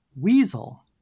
Weasel